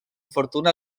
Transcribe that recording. fortuna